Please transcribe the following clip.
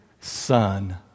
son